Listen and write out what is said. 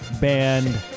Band